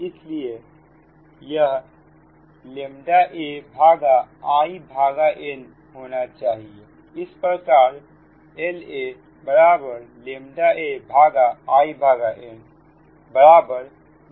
इसलिए यह ʎa In होना चाहिए